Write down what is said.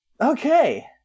Okay